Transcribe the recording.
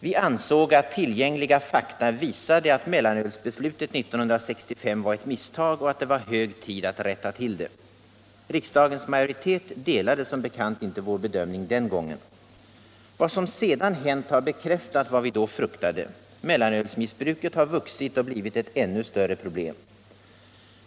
Vi ansåg att tillgängliga fakta visade att mellanölsbeslutet 1965 var ett misstag och att det var hög tid att rätta till det. Riksdagens majoritet delade som bekant inte vår bedömning den gången. Vad som sedan hänt har bekräftat det vi då fruktade: mellanölsmissbruket har vuxit och blivit ett ännu större problem.